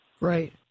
Right